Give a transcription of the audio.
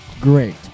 great